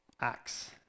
Acts